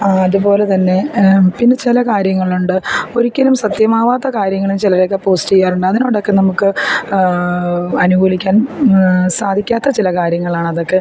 അതുപോലെ തന്നെ പിന്നെ ചില കാര്യങ്ങളുണ്ട് ഒരിക്കലും സത്യമാകാത്ത കാര്യങ്ങളും ചിലരൊക്കെ പോസ്റ്റ് ചെയ്യാറുണ്ട് അതിനോടൊക്കെ നമുക്ക് അനുകൂലിക്കാനും സാധിക്കാത്ത ചില കാര്യങ്ങളാണ് അതൊക്കെ